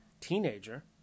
teenager